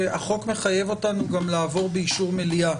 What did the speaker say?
שהחוק מחייב אותנו גם לעבור אישור מליאה,